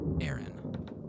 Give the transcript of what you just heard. Aaron